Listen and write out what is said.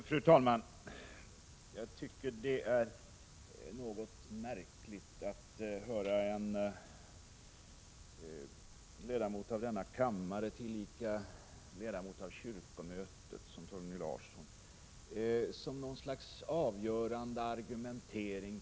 Fru talman! Jag tycker det är något märkligt att höra en ledamot av denna kammare, tillika ledamot av kyrkomötet, som Torgny Larsson ta upp en annons i en tidning, i detta fall tidningen Land, som något slags avgörande argumentering.